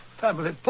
family